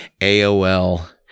AOL